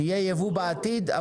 שיהיה ייבוא בעתיד,